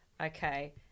Okay